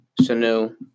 Sanu